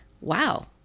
wow